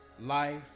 life